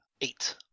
eight